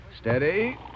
Steady